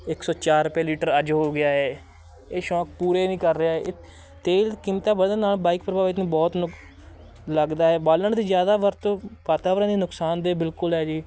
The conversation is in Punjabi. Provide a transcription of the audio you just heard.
ਇੱਕ ਸੌ ਚਾਰ ਰੁਪਏ ਲੀਟਰ ਅੱਜ ਹੋ ਗਿਆ ਹੈ ਇਹ ਸ਼ੌਕ ਪੂਰੇ ਨਹੀਂ ਕਰ ਰਿਹਾ ਤੇਲ ਕੀਮਤਾਂ ਵਧਣ ਨਾਲ ਬਾਈਕ ਪ੍ਰਭਾਵਿਤ ਨੂੰ ਬਹੁਤ ਨੁਕ ਲੱਗਦਾ ਹੈ ਬਾਲਣ ਦੀ ਜ਼ਿਆਦਾ ਵਰਤੋਂ ਵਾਤਾਵਰਣ ਲਈ ਨੁਕਸਾਨਦੇਹ ਬਿਲਕੁਲ ਹੈ ਜੀ